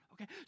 Okay